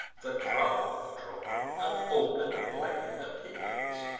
the crowd withdrawn, an open plain appears.